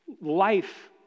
life